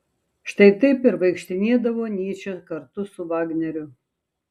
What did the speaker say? štai taip ir vaikštinėdavo nyčė kartu su vagneriu